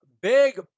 Big